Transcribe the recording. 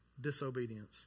disobedience